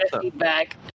feedback